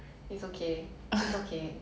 I have a work